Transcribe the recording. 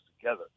together